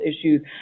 issues